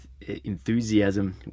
enthusiasm